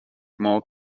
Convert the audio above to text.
more